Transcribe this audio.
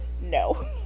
no